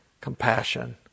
compassion